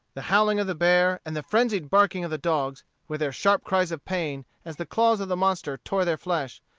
the howling of the bear, and the frenzied barking of the dogs, with their sharp cries of pain as the claws of the monster tore their flesh,